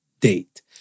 date